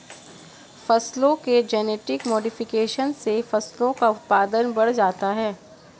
फसलों के genetic modification से फसलों का उत्पादन बढ़ जाता है